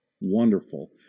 wonderful